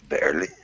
barely